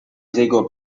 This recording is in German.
gregor